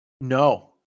No